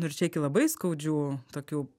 nu ir čia iki labai skaudžių tokių